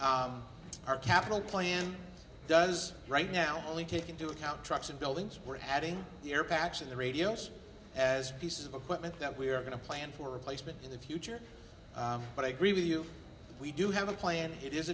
plan our capital plan does right now only take into account trucks and buildings we're having the air packs in the radios as pieces of equipment that we are going to plan for replacement in the future but i agree with you we do have a plan it is